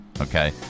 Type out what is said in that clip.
Okay